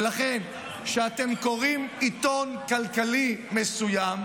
ולכן כשאתם קוראים עיתון כלכלי מסוים,